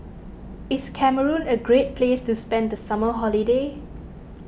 is Cameroon a great place to spend the summer holiday